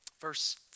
Verse